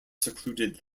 secluded